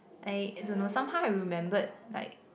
I don't know somehow I remembered like